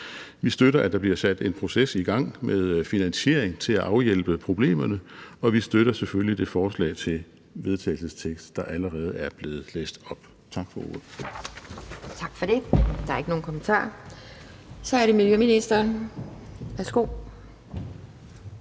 Vi støtter, at der bliver sat en proces i gang med finansiering til at afhjælpe problemerne, og vi støtter selvfølgelig det forslag til vedtagelse, der allerede er blevet læst op. Tak for ordet.